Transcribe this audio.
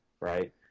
right